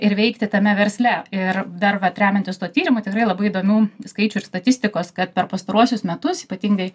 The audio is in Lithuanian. ir veikti tame versle ir dar vat remiantis tuo tyrimu tikrai labai įdomių skaičių ir statistikos kad per pastaruosius metus ypatingai